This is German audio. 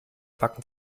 backen